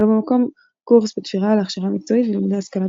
במקום קורס בתפירה להכשרה מקצועית ולימודי השכלה בסיסית.